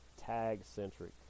tag-centric